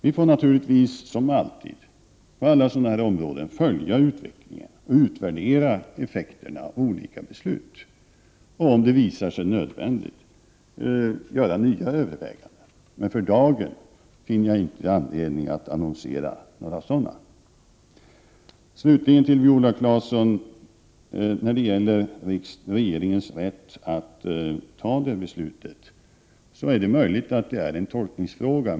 Vi får naturligtvis på detta område, liksom på alla andra områden, följa utvecklingen och utvärdera effekterna av olika beslut. Om det visar sig nödvändigt får vi göra nya överväganden. Men för dagen finner jag inte någon anledning att annonsera några sådana. Slutligen vill jag när det gäller regeringens rätt att fatta detta beslut till Viola Claesson säga att det är möjligt att det är en tolkningsfråga.